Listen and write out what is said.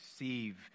receive